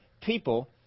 People